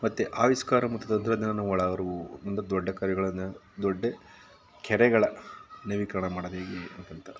ಮತ್ತೆ ಆವಿಷ್ಕಾರ ಮತ್ತು ತಂತ್ರಜ್ಞಾನಗಳ ಅರಿವು ಒಂದು ದೊಡ್ಡ ಕವಿಗಳನ್ನು ಒಂದು ದೊಡ್ಡ ಕೆರೆಗಳ ನವೀಕರಣ ಮಾಡೋದು ಹೇಗೆ ಅಂತ ಅಂತ